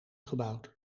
gebouwd